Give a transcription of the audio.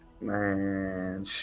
Man